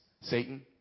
Satan